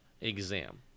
exam